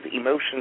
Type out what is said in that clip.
emotions